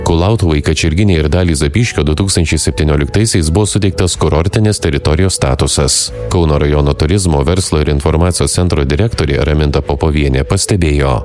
kulautuvai kačerginei ir dalį zapyškio du tūkstančiai septynioliktaisiais buvo suteiktas kurortinis teritorijos statusas kauno rajono turizmo verslo ir informacijos centro direktorė raminta popovienė pastebėjo